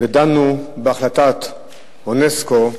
ודנו בהחלטת אונסק"ו,